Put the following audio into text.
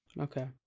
okay